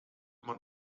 man